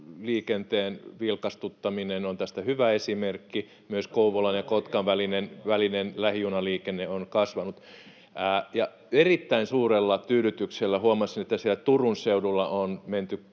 liikenteen vilkastuttaminen on tästä hyvä esimerkki. Myös Kouvolan ja Kotkan välinen lähijunaliikenne on kasvanut. Ja erittäin suurella tyydytyksellä huomasin, että siellä Turun seudulla on menty